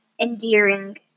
endearing